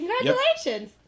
Congratulations